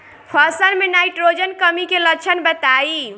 फसल में नाइट्रोजन कमी के लक्षण बताइ?